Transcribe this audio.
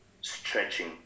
stretching